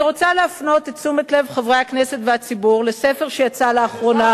אני רוצה להפנות את תשומת לב חברי הכנסת והציבור לספר שיצא לאחרונה,